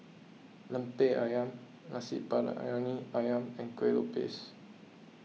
Lemper Ayam Nasi Briyani Ayam and Kuih Lopes